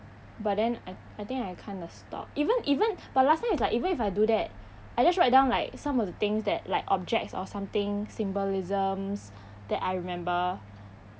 but then I I think I kinda stop even even but last time is like even if I do that I just write down like some of the things that like objects or something symbolisms that I remember